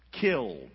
killed